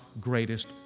greatest